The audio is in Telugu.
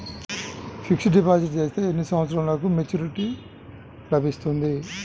ఫిక్స్డ్ డిపాజిట్ చేస్తే ఎన్ని సంవత్సరంకు మెచూరిటీ లభిస్తుంది?